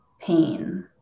pain